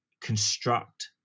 construct